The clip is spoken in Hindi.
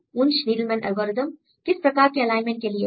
वुंश नीडलमैन एल्गोरिदम किस प्रकार के एलाइनमेंट के लिए है